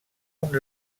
uns